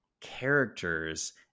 characters